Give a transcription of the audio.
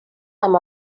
amb